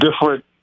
different